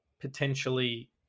potentially